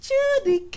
Judy